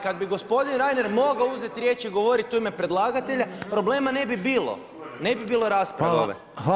Kada bi gospodin Reiner mogao uzeti riječ i govoriti u ime predlagatelja, problema ne bi bilo, ne bi bilo rasprave.